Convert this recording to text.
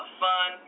fun